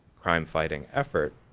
crime-fighting effort.